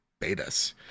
betas